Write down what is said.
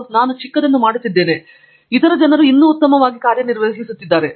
ನಾನು ಚಿಕ್ಕದನ್ನು ಮಾಡುತ್ತಿದ್ದೇನೆ ಇತರ ಜನರು ಉತ್ತಮವಾಗಿ ಕಾರ್ಯನಿರ್ವಹಿಸುತ್ತಿದ್ದಾರೆ